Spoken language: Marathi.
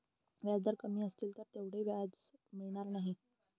व्याजदर कमी असतील तर तेवढं व्याज मिळणार नाही